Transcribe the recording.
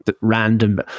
random